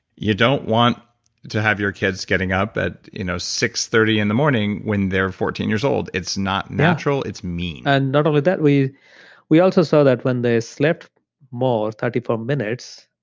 you don't want to have your kids getting up at you know six thirty in the morning when they're fourteen years old. it's not natural. it's mean and not only that, we we also saw that, when they slept more thirty four minutes,